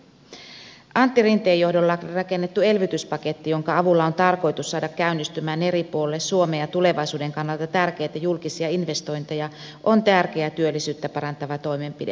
antti rinteen johdolla rakennettu elvytyspaketti jonka avulla on tarkoitus saada käynnistymään eri puolille suomea tulevaisuuden kannalta tärkeitä julkisia investointeja on tärkeä työllisyyttä parantava toimenpide